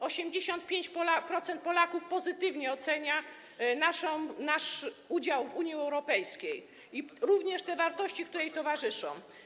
85% Polaków pozytywnie ocenia nasz udział w Unii Europejskiej i również te wartości, które jej towarzyszą.